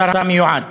השר המיועד